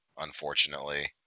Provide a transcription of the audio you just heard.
unfortunately